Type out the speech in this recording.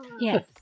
Yes